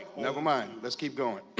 nevermind, let's keep going.